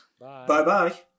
Bye-bye